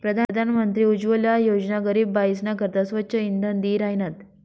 प्रधानमंत्री उज्वला योजना गरीब बायीसना करता स्वच्छ इंधन दि राहिनात